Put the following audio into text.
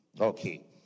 Okay